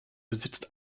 besitzt